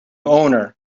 owner